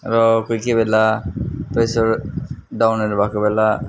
र कोही कोही बेला प्रेसर डाउनहरू भएको बेला